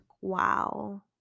wow